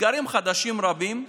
אתגרים חדשים רבים.